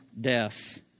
death